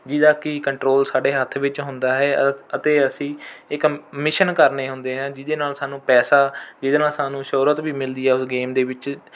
ਜਿਹਦਾ ਕਿ ਕੰਟਰੋਲ ਸਾਡੇ ਹੱਥ ਵਿੱਚ ਹੁੰਦਾ ਹੈ ਅ ਅਤੇ ਅਸੀਂ ਇੱਕ ਮਿਸ਼ਨ ਕਰਨੇ ਹੁੰਦੇ ਹਨ ਜਿਹਦੇ ਨਾਲ ਸਾਨੂੰ ਪੈਸਾ ਜਿਹਦੇ ਨਾਲ ਸਾਨੂੰ ਸ਼ੋਹਰਤ ਵੀ ਮਿਲਦੀ ਹੈ ਉਸ ਗੇਮ ਦੇ ਵਿੱਚ